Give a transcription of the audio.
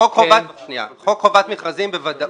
חוק חובת מכרזים בוודאות,